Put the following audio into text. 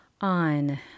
on